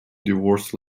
divorce